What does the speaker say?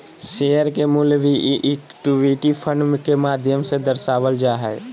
share के मूल्य भी इक्विटी फंड के माध्यम से दर्शावल जा हय